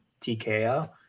TKO